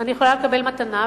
אני יכולה לקבל מתנה,